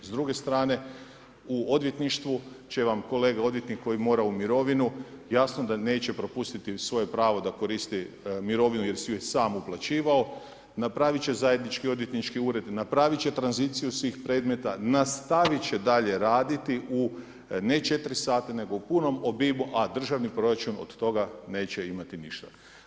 S druge strane, u odvjetništvu će vam kolega odvjetnik koji mora u mirovinu, jasno da neće propustiti svoje pravo da koristi mirovinu jer si ju je sam uplaćivao, napraviti će zajednički odvjetnički ured, napraviti će tranziciju svih predmeta, nastaviti će dalje raditi u, ne 4 sata nego u punom obimu a državni proračun od toga neće imati ništa.